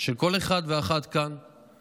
של כל אחד ואחת כאן